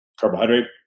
carbohydrate